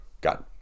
got